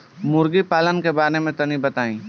मुर्गी पालन के बारे में तनी बताई?